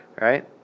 right